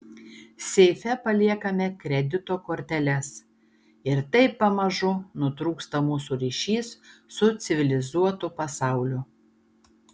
seife paliekame kredito korteles ir taip pamažu nutrūksta mūsų ryšys su civilizuotu pasauliu